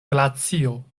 glacio